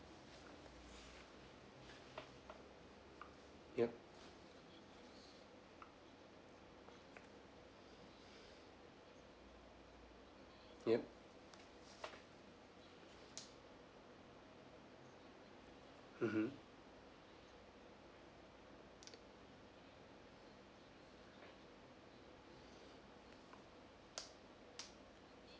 yup yup mmhmm